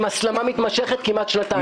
עם הסלמה מתמשכת שנמשכת כמעט שנתיים.